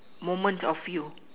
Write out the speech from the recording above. moment of you